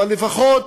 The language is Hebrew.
אבל לפחות